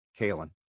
Kalen